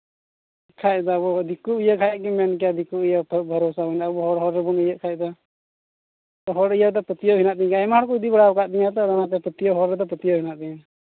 ᱵᱟᱠᱷᱟᱱ ᱫᱚ ᱟᱵᱚ ᱫᱤᱠᱩ ᱭᱟᱹ ᱠᱷᱟᱱ ᱜᱮ ᱢᱮᱱ ᱠᱮᱭᱟ ᱫᱤᱠᱩ ᱤᱭᱟᱹ ᱛᱚ ᱟᱵᱚ ᱦᱚᱲ ᱦᱚᱲ ᱜᱮᱵᱚᱱ ᱤᱭᱟᱹᱜ ᱠᱷᱟᱱ ᱫᱚ ᱦᱚᱲ ᱤᱭᱟᱹ ᱨᱮᱫᱚ ᱯᱟᱹᱛᱭᱟᱹᱣ ᱦᱮᱱᱟᱜ ᱛᱤᱧ ᱜᱮᱭᱟ ᱟᱭᱢᱟ ᱦᱚᱲ ᱠᱚ ᱤᱫᱤ ᱵᱟᱲᱟ ᱠᱟᱜ ᱛᱤᱧᱟ ᱛᱚ ᱚᱱᱟᱛᱮ ᱯᱟᱹᱛᱭᱟᱹᱣ ᱦᱚᱲ ᱨᱮᱫᱚ ᱯᱟᱹᱛᱭᱟᱹᱣ ᱦᱮᱱᱟᱜ ᱛᱤᱧᱟ